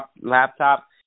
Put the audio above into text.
laptop